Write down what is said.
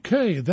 Okay